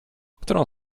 którą